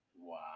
Wow